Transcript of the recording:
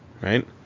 right